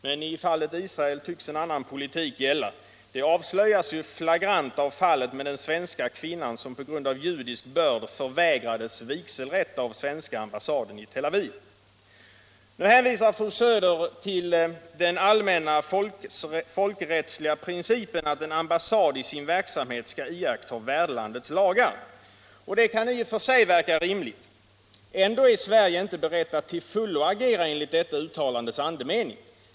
Men i fråga om Israel tycks en annan politik gälla; det avslöjas flagrant av fallet med den svenska kvinnan som på grund av judisk börd för vägrades vigselrätt av svenska ambassaden i Tel Aviv. Nu hänvisar fru Söder till ”den allmänna folkrättsliga principen att en ambassad i sin verksamhet skall iaktta värdlandets lagar”. Detta kan i och för sig verka rimligt. Ändå är Sverige inte berett att till fullo agera enligt detta uttalandes andemening.